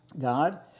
God